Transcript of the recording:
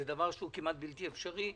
דבר שהוא כמעט בלתי אפשרי,